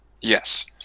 Yes